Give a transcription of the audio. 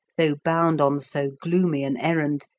though bound on so gloomy an errand,